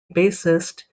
bassist